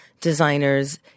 designers